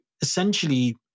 essentially